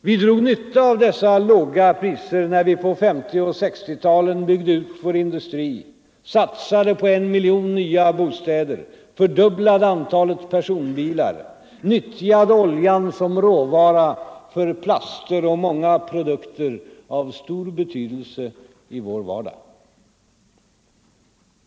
Vi drog nytta av dessa låga priser när vi på 1950 och 1960-talen byggde ut vår industri, satsade på en miljon nya bostäder, fördubblade antalet personbilar, nyttjade oljan som råvara för plaster och många produkter av stor betydelse 6 november 1974 i vår vardag.